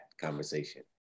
conversation